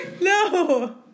No